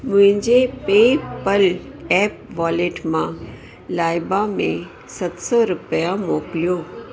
मुंहिंजे PayPal app wallet मां लाइबा में सति सौ रुपया मोकिलियो